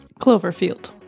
Cloverfield